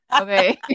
Okay